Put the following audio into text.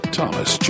Thomas